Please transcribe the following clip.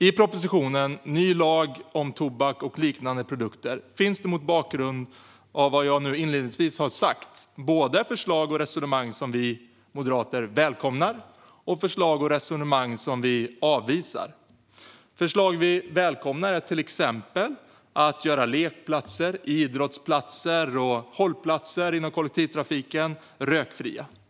I propositionen Ny lag om tobak och lik n ande produkter finns det mot bakgrund av vad jag inledningsvis sagt både förslag och resonemang som vi moderater välkomnar och förslag och resonemang som vi avvisar. Förslag vi välkomnar är till exempel att göra lekplatser, idrottsplatser och hållplatser inom kollektivtrafiken rökfria.